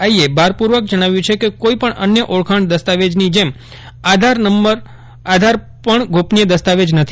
આઈએ ભારપૂર્વક જણાવ્યું છે કે કોઇપણ અન્ય ઓળખાણ દસ્તાવેજની જેમ આધાર પણ ગોપનીય દસ્તાવેજ નથી